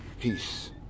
Peace